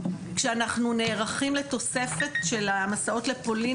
כשאנחנו נערכים לתוספת של המסעות לפולין,